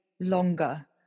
longer